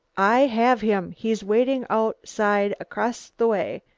i have him! he's waiting outside across the way!